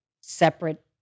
separate